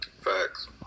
facts